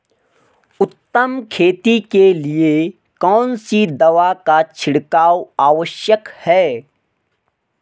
उत्तम खेती के लिए कौन सी दवा का छिड़काव आवश्यक है?